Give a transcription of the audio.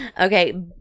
Okay